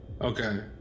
okay